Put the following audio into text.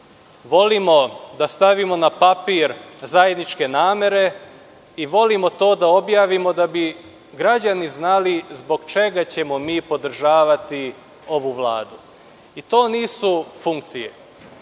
volimo da stavimo na papir zajedničke namere i volimo da to objavimo da bi građani znali zbog čega ćemo mi podržavati ovu Vladu. To nisu funkcije.